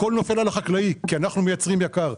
הכול נופל על החקלאי כי אנחנו מייצרים יקר.